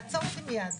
תעצור אותי מייד.